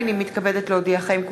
הנני מתכבדת להודיעכם,